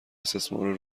استثمار